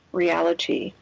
reality